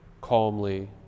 calmly